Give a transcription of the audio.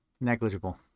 Negligible